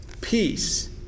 peace